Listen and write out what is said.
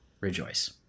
rejoice